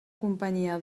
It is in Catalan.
companyia